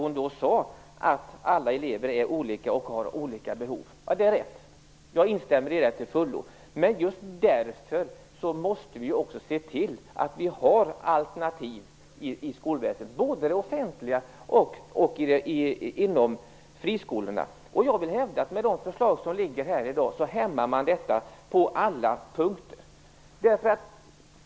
Hon sade att alla elever är olika och har olika behov. Det är rätt, jag instämmer i det till fullo. Men just därför måste vi också se till att vi har alternativ inom skolväsendet, både när det gäller de offentliga skolorna och friskolorna. Jag vill hävda att man, med det förslag som ligger i dag, hämmar detta på alla punkter.